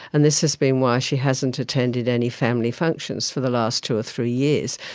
and this has been why she hasn't attended any family functions for the last two or three years,